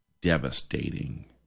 devastating